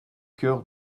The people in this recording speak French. cœur